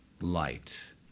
light